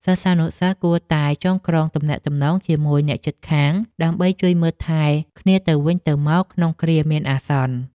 សិស្សានុសិស្សគួរតែចងក្រងទំនាក់ទំនងជាមួយអ្នកជិតខាង ដើម្បីជួយមើលថែគ្នាទៅវិញទៅមកក្នុងគ្រាមានអាសន្ន។